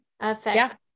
affect